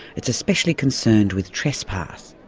it's especially concerned with trespass.